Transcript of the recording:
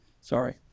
Sorry